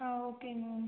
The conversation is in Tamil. ஆ ஓகேங்க மேம்